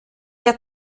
der